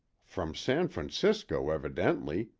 from san francisco, evidently,